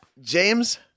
James